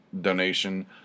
donation